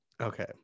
okay